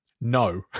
No